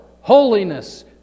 holiness